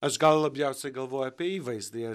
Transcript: aš gal labiausiai galvoju apie įvaizdį